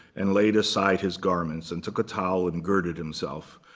and laid aside his garments, and took a towel and girded himself.